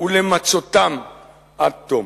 ולמצותם עד תום.